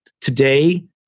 today